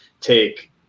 take